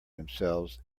themselves